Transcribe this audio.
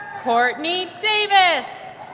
courtney davis.